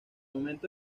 momento